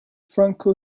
franco